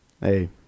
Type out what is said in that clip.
Hey